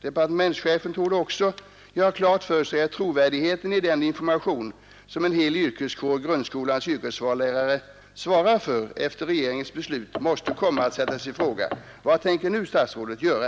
Departementschefen torde också göra klart för sig att trovärdigheten i den information som en hel yrkeskår — grundskolans yrkesvalslärare — svarar för efter regeringens beslut måste komma att sättas i fråga. Vad tänker nu statsrådet göra?